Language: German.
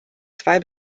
zwei